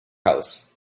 house